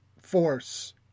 force